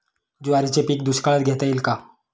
ज्वारीचे पीक दुष्काळात घेता येईल का?